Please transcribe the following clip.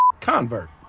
convert